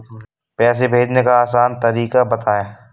पैसे भेजने का आसान तरीका बताए?